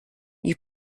you